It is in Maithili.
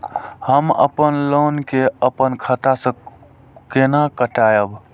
हम अपन लोन के अपन खाता से केना कटायब?